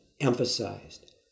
emphasized